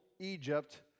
Egypt